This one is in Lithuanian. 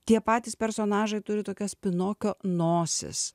tie patys personažai turi tokias pinokio nosis